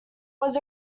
was